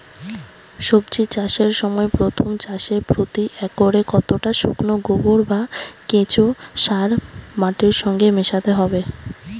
সবজি চাষের সময় প্রথম চাষে প্রতি একরে কতটা শুকনো গোবর বা কেঁচো সার মাটির সঙ্গে মেশাতে হবে?